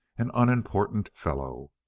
and unimportant fellow!